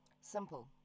Simple